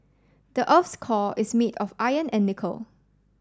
the earth's core is made of iron and nickel